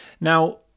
Now